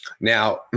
Now